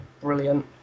Brilliant